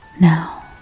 Now